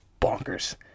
bonkers